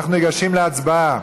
אנחנו ניגשים להצבעה.